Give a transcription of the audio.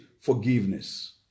forgiveness